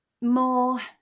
more